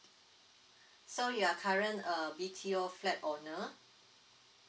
so you are current a B_T_O flat owner